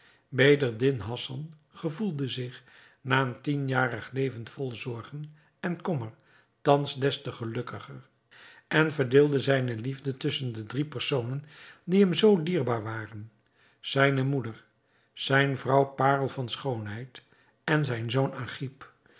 bedreddin hassan gevoelde zich na een tienjarig leven vol zorgen en kommer thans des te gelukkiger en verdeelde zijne liefde tusschen de drie personen die hem zoo dierbaar waren zijne moeder zijne vrouw parel van schoonheid en zijn zoon